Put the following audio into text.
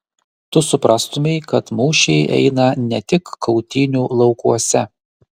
tu suprastumei kad mūšiai eina ne tik kautynių laukuose